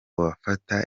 bafata